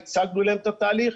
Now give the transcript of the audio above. הצגנו להם התהליך,